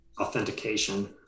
authentication